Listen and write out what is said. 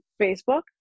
Facebook